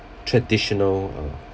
traditional uh